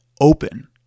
open